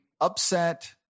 upset